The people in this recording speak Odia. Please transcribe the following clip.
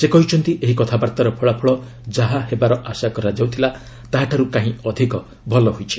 ସେ କହିଛନ୍ତି ଏହି କଥାବାର୍ତ୍ତାର ଫଳାଫଳ ଯାହା ହେବାର ଆଶା କରାଯାଉଥିଲା ତାହାଠାରୁ କାହିଁ ଅଧିକ ଭଲ ରହିଛି